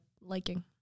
liking